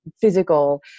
physical